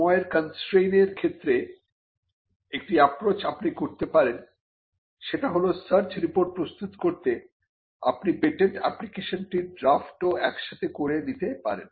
সময়ের কনস্ট্রেইনের ক্ষেত্রে একটি অ্যাপ্রচ আপনি করতে পারেন সেটা হল সার্চ রিপোর্ট প্রস্তুত করতে আপনি পেটেন্ট অ্যাপ্লিকেশনটির ড্রাফটও একসাথে করে নিতে পারেন